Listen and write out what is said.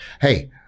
hey